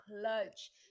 clutch